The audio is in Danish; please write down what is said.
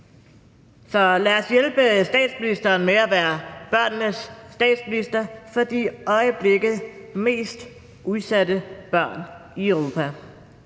Så lad os hjælpe statsministeren med at være børnenes statsminister for de i øjeblikket mest udsatte børn i Europa.